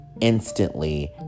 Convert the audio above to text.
instantly